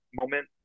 moment